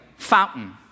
fountain